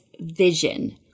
vision